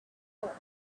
before